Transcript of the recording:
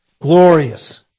glorious